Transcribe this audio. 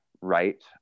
right